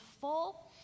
full